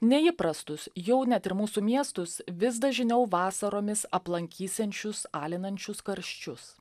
neįprastus jau net ir mūsų miestus vis dažniau vasaromis aplankysiančius alinančius karščius